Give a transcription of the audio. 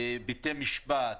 בתי משפט,